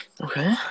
okay